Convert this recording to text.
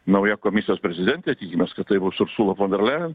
nauja komisijos prezidentė tikimės kad tai bus ur sula fonderlejen